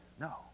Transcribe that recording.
No